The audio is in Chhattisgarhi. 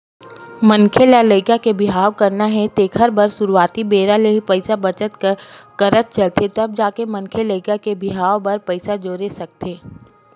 मनखे ल लइका के बिहाव करना हे तेखर बर सुरुवाती बेरा ले ही पइसा बचत करत चलथे तब जाके मनखे लइका के बिहाव बर पइसा जोरे सकथे